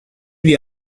lui